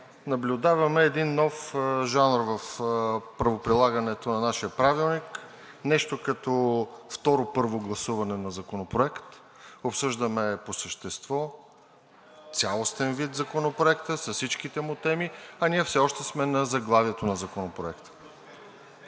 наблюдаваме един нов жанр в правоприлагането на нашия Правилник – нещо като второ първо гласуване на законопроект. Обсъждаме по същество, в цялостен вид Законопроекта, с всичките му теми, а ние все още сме на заглавието на Законопроекта.